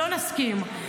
לא נסכים.